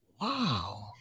Wow